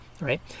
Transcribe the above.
right